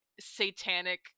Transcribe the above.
satanic